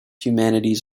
humanities